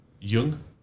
young